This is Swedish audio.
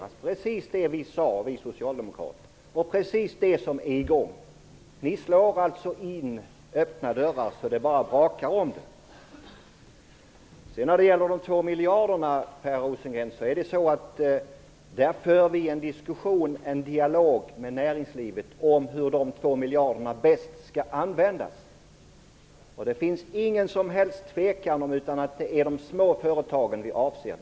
Det var precis det som vi socialdemokrater sade, och det är just det som är i gång. Ni slår alltså in öppna dörrar så att det bara brakar om det. När det gäller de 2 miljarderna är det så att vi för en dialog med näringslivet om hur de bäst skall användas. Det råder inget som helst tvivel om att det är de små företagen som vi avser.